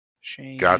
Shane